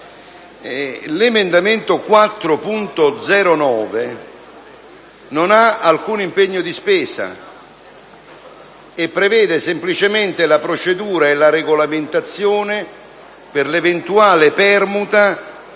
l'emendamento 4.9 non implica alcun impegno di spesa e prevede semplicemente la procedura e la regolamentazione per l'eventuale permuta